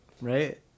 right